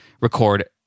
record